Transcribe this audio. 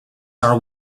are